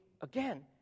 again